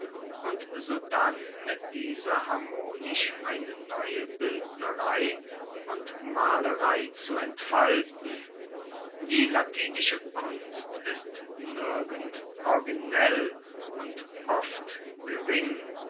und sodann mit dieser harmonisch eine neue bildnerei und malerei zu entfalten die latinische kunst ist nirgend originell und oft gering